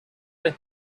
the